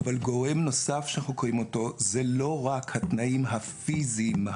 גורם נוסף שנחקר הוא לא רק התנאים הפיזיים,